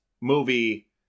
movie